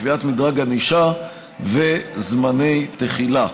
קביעת מדרג ענישה וזמני תחילה.